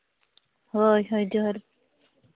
ᱦᱳᱭ ᱦᱳᱭ ᱡᱚᱦᱟᱨ